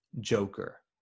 Joker